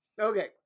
okay